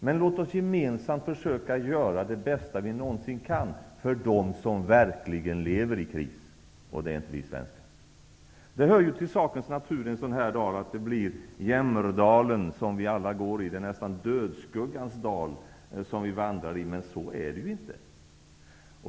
Men låt oss gemensamt försöka göra det bästa vi någonsin kan för dem som verkligen lever i kris. Det är inte vi svenskar. Det hör till sakens natur en sådan här dag att vi alla går i jämmerdalen. Vi vandrar nästan i dödsskuggans dal. Men så är det inte.